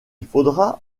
faudra